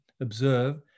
observe